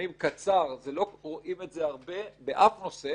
שנים קצר לא רואים את זה הרבה באף נושא